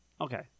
Okay